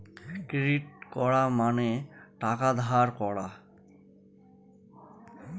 credit করা মানে টাকা ধার করা